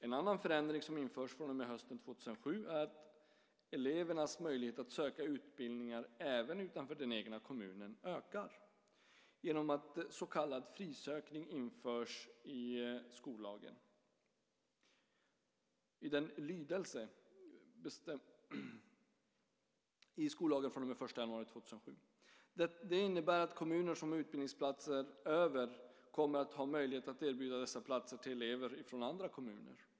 En annan förändring som införs från och med hösten 2007 är att elevernas möjlighet att söka utbildningar även utanför den egna kommunen ökar genom att så kallad frisökning införs i skollagen, 5 kap. 24 §, 1985:1100, från och med den 1 januari 2007. Det innebär att kommuner som har utbildningsplatser över kommer att ha möjlighet att erbjuda dessa platser till elever från andra kommuner.